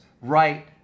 right